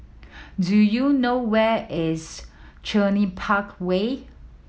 do you know where is Cluny Park Way